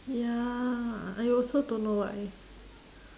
ya I also don't know why